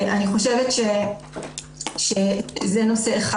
זה נושא אחד.